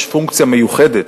יש פונקציה מיוחדת